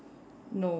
no